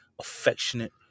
affectionate